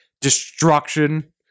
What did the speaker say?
destruction